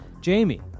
Jamie